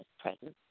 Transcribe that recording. presence